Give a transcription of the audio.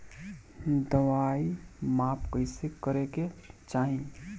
दवाई माप कैसे करेके चाही?